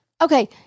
Okay